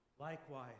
Likewise